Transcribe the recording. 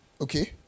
okay